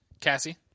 Cassie